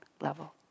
level